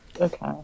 Okay